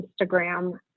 Instagram